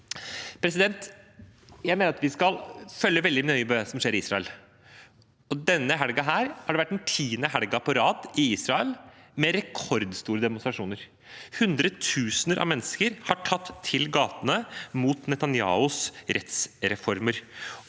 i Nablus. Jeg mener at vi skal følge veldig nøye med på hva som skjer i Israel. Denne helgen var den tiende helgen på rad i Israel med rekordstore demonstrasjoner. Hundretusener av mennesker har tatt til gatene mot Netanyahus rettsreformer.